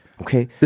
Okay